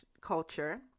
culture